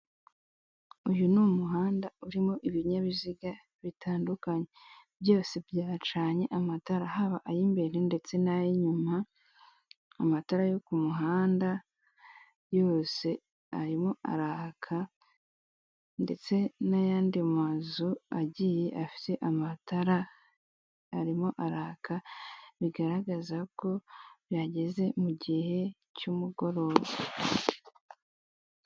Uyu ni umuhanda urimo ibinyabiziga bitandukanye byose byacanye amatara haba ay'imbere ndetse n'ay'inyuma amatara yo ku muhanda yose arimo araka ndetse n'ayandi mazu agiye afite amatara arimo araka bigaragaza ko byageze mu gihe cy'umugoroba